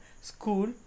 school